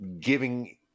giving